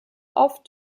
oft